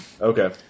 Okay